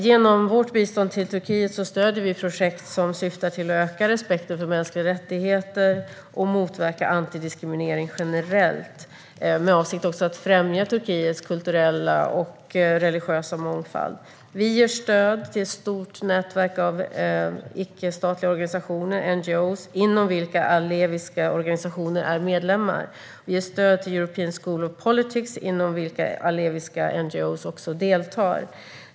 Genom vårt bistånd till Turkiet stöder vi projekt som syftar till att öka respekten för mänskliga rättigheter och motverka antidiskriminering generellt med avsikt att också främja Turkiets kulturella och religiösa mångfald. Vi ger stöd till ett stort nätverk av icke-statliga organisationer, NGO:er, där alawitiska organisationer är medlemmar. Vi ger stöd till European School of Politics, där alawitiska NGO:er också deltar.